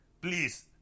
Please